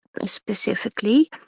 specifically